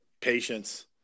Patience